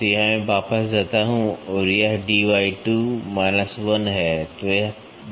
तो यहाँ मैं वापस जाता हूँ और यह d 2 1 है